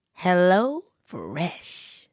HelloFresh